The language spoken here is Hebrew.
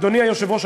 אדוני היושב-ראש,